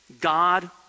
God